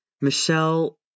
Michelle